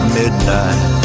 midnight